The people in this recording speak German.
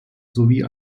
sowie